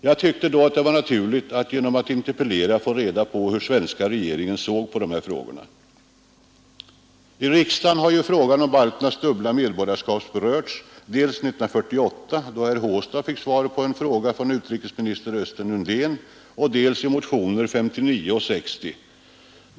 Jag tyckte då att det var naturligt att genom att interpellera få reda på hur den svenska regeringen såg på dessa frågor. I riksdagen har frågan om balternas dubbla medborgarskap berörts, dels 1948 då herr Håstad fick svar på en fråga av utrikesminister Östen Undén, dels i motioner åren 1959 och 1960.